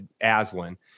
Aslan